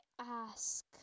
ask